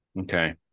Okay